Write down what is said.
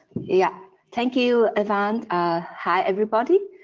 yeah. thank you, evan. hi, everybody.